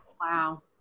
Wow